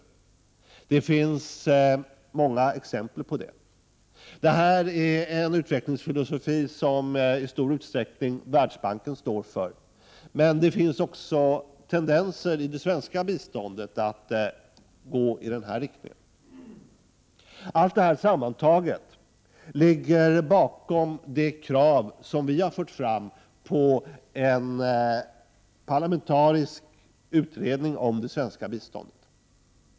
Det finns många exempel på det. Det här är en utvecklingsfilosofi som Världsbanken i stor utsträckning står för, men det finns också tendenser till detta i det svenska biståndet. Allt detta sammanta 11 get ligger bakom det krav på en parlamentarisk utredning om det svenska biståndet som centern har fört fram.